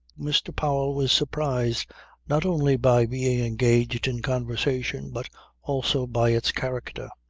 mr. powell was surprised not only by being engaged in conversation, but also by its character.